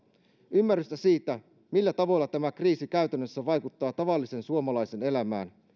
ymmärrystä siitä millä tavoilla tämä kriisi käytännössä vaikuttaa tavallisen suomalaisen elämään